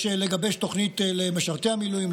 יש לגבש תוכנית למשרתי המילואים,